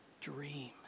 dream